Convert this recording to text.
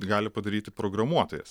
gali padaryti programuotojas